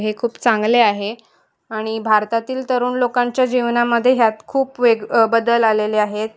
हे खूप चांगले आहे आणि भारतातील तरुण लोकांच्या जीवनामध्ये ह्यात खूप वेग बदल आलेले आहेत